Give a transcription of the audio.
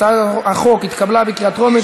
הצעת החוק התקבלה בקריאה טרומית,